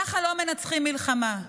ככה לא מנצחים במלחמה.